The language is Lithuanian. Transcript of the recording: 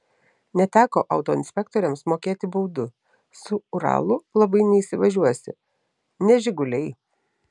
neteko autoinspektoriams mokėti baudų su uralu labai neįsivažiuosi ne žiguliai